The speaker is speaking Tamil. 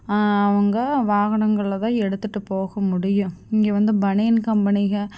அவங்க வாகனங்கள தான் எடுத்துகிட்டு போக முடியும் இங்கே வந்து பனியன் கம்பெனிகள்